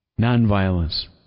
nonviolence